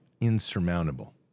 insurmountable